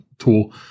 tool